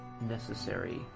necessary